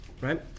Right